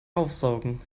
aufsaugen